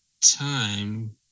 time